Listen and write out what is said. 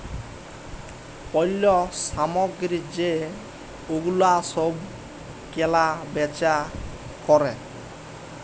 পল্য সামগ্রী যে গুলা সব কেলা বেচা ক্যরে